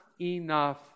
enough